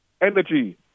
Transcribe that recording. Energy